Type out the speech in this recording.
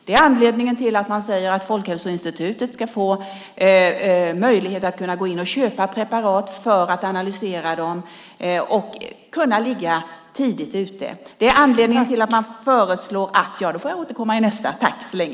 Det är anledningen till att man säger att Folkhälsoinstitutet ska få möjlighet att gå in och köpa preparat för att analysera dessa och därmed kunna vara tidigt ute. Jag får återkomma till detta i nästa inlägg.